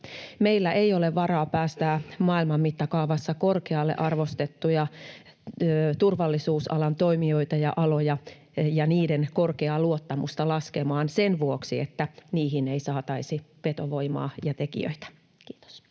Meillä ei ole varaa päästää maailman mittakaavassa korkealle arvostettuja turvallisuusalan toimijoita ja aloja ja niiden korkeaa luottamusta laskemaan sen vuoksi, että niihin ei saataisi vetovoimaa ja tekijöitä. — Kiitos.